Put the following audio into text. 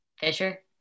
Fisher